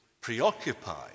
preoccupied